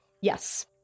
Yes